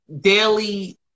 daily